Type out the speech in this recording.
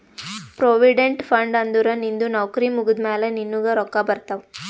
provident fund ಅಂದುರ್ ನಿಂದು ನೌಕರಿ ಮುಗ್ದಮ್ಯಾಲ ನಿನ್ನುಗ್ ರೊಕ್ಕಾ ಬರ್ತಾವ್